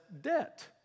debt